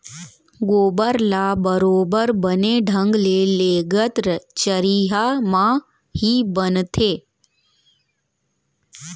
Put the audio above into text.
गोबर ल बरोबर बने ढंग ले लेगत चरिहा म ही बनथे